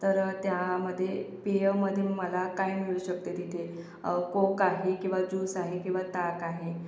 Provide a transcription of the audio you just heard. तर त्यामध्ये पेयमध्ये मला काय मिळू शकतं तिथे कोक आहे किंवा ज्यूस आहे किंवा ताक आहे